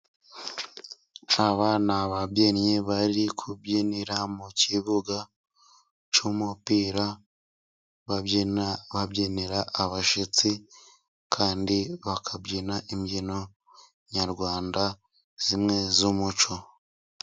Aba ni ababyinnyi bari kubyinira mu kibuga cy’umupira，babyina babyinira abashyitsi，kandi bakabyina imbyino nyarwanda， zimwe z'umuco.